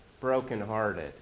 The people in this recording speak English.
brokenhearted